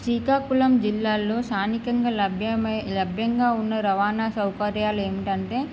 శ్రీకాకుళం జిల్లాలో స్థానికంగా లభ్యమ లభ్యంగా ఉన్న రవాణా సౌకర్యాలు ఏమిటంటే